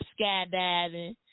skydiving